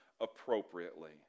appropriately